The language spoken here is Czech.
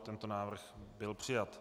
Tento návrh byl přijat.